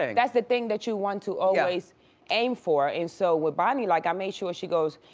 and that's the thing that you want to always aim for. and so with bonnie, like i make sure she goes,